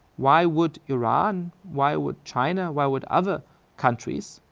why would iran, why would china, why would other countries,